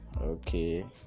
Okay